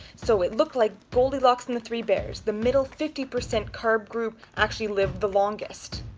so it looked like goldilocks and the three bears. the middle fifty percent carb group actually lived the longest.